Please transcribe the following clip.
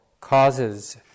causes